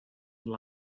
ddim